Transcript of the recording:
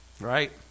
Right